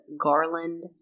Garland